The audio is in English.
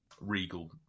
regal